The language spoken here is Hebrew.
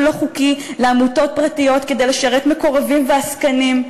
לא חוקי לעמותות פרטיות כדי לשרת מקורבים ועסקנים,